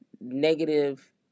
negative